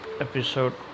episode